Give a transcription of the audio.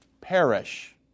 perish